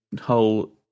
whole